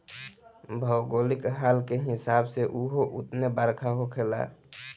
भौगोलिक हाल के हिसाब से उहो उतने बरखा होखेला